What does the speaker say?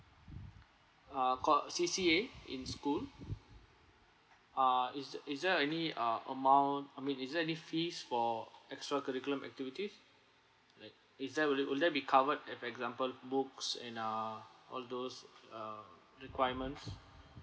ah co~ C_C_A in school ah is is there a any uh amount I mean is there any fees for extra curriculum activities like is there will it will that be covered if example books and ah all those uh requirements